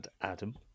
Adam